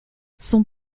son